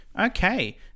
Okay